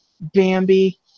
Bambi